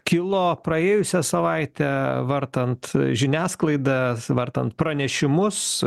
kilo praėjusią savaitę vartant žiniasklaidą vartant pranešimus